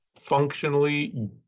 functionally